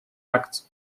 acts